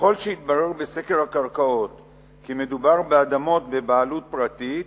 "ככל שיתברר בסקר הקרקעות כי מדובר באדמות בבעלות פרטית,